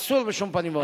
אסור בשום פנים ואופן.